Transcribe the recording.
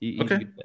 Okay